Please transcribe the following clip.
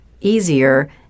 easier